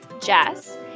Jess